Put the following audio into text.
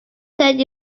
tell